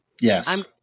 Yes